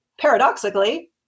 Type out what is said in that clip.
paradoxically